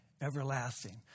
everlasting